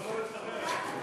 הכי שחוקה אצלנו.